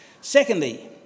secondly